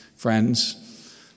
Friends